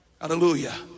Hallelujah